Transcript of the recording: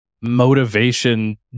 motivation